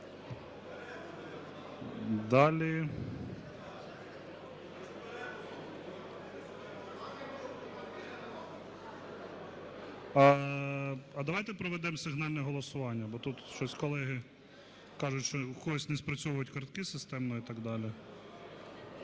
Далі. А давайте проведемо сигнальне голосування, бо тут щось колеги кажуть, що у когось не спрацьовують картки системно і так далі.